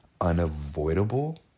unavoidable